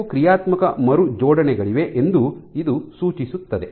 ಕೆಲವು ಕ್ರಿಯಾತ್ಮಕ ಮರುಜೋಡಣೆಗಳಿವೆ ಎಂದು ಇದು ಸೂಚಿಸುತ್ತದೆ